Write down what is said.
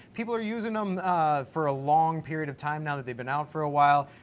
people are using em for a long period of time now that they've been out for a while.